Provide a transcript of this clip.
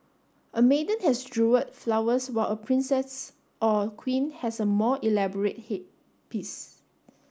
a maiden has jewelled flowers while a princess or queen has a more elaborate headpiece